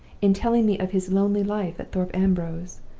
in telling me of his lonely life at thorpe ambrose,